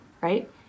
right